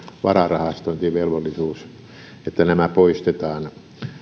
vararahastointivelvollisuus poistetaan